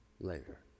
later